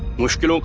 wish good